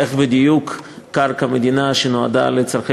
איך בדיוק קרקע מדינה שנועדה לצורכי